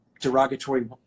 Derogatory